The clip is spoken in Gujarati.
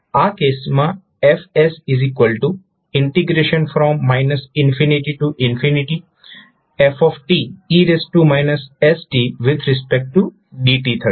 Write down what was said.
આ કેસમાં F f e stdt થશે